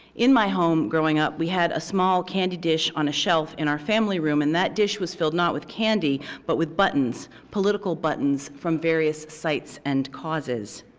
in my home growing up, we had a small candy dish on a shelf in our family room, and that dish was filled, not with candy, but with buttons. political buttons from various sites and causes.